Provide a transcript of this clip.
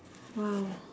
!wow!